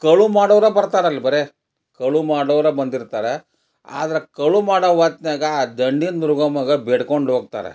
ಕಳುವು ಮಾಡೋರೇ ಬರ್ತಾರೆ ಅಲ್ಲಿ ಬರೇ ಕಳುವು ಮಾಡೋರೇ ಬಂದಿರ್ತಾರೆ ಆದ್ರೆ ಕಳುವು ಮಾಡೋ ಹೊತ್ನಾಗ ಆ ದಂಡಿನ ದುರ್ಗಮ್ಮಗೆ ಬೇಡ್ಕೊಂಡು ಹೋಗ್ತಾರ